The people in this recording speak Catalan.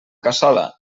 cassola